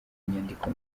inyandiko